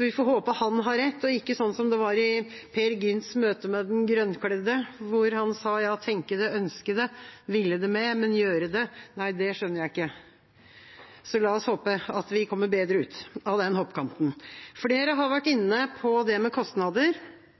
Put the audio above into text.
Vi får håpe han har rett, og at det ikke er sånn som i Peer Gynts møte med Den grønnkledde, der han sa: «Ja, tenke det; ønske det; ville det med – men gjøre det! Nei; det skjønner jeg ikke!» La oss håpe at vi kommer bedre ut fra den hoppkanten. Flere har vært inne på det med kostnader.